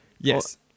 yes